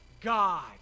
God